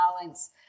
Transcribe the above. balance